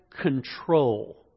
control